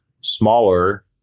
smaller